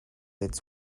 its